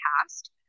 past